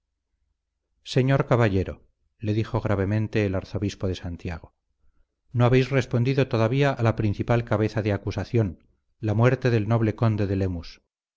señor caballero le dijo gravemente el arzobispo de santiago no habéis respondido todavía a la principal cabeza de la acusación la muerte del noble conde de lemus